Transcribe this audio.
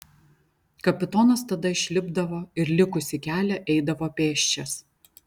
kapitonas tada išlipdavo ir likusį kelią eidavo pėsčias